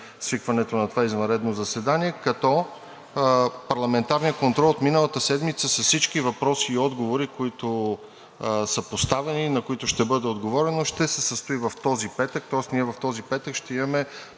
свикването на това извънредно заседание, като парламентарният контрол от миналата седмица с всички въпроси и отговори, които са поставени и на които ще бъде отговорено, ще се състои в този петък, тоест ние в този петък ще имаме